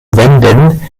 wenden